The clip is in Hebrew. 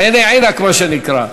עיני עינאכ, מה שנקרא.